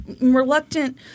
reluctant